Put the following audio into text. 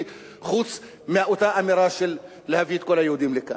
חוץ מאותה אמירה של להביא את כל היהודים לכאן?